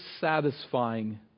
satisfying